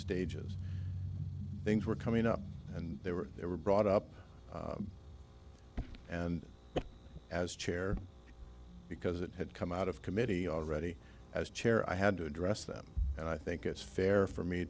stages things were coming up and they were they were brought up and as chair because it had come out of committee already as chair i had to address them and i think it's fair for me